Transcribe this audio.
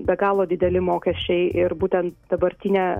be galo dideli mokesčiai ir būtent dabartinė